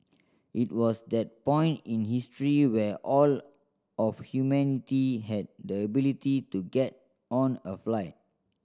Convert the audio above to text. it was that point in history where all of humanity had the ability to get on a flight